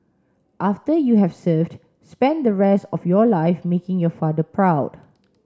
after you have served spend the rest of your life making your father proud